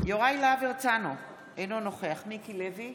יוראי להב הרצנו, אינו נוכח מיקי לוי,